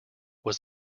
was